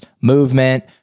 movement